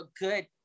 good